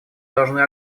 должны